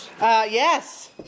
Yes